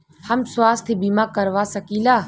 हम स्वास्थ्य बीमा करवा सकी ला?